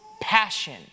passion